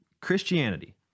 Christianity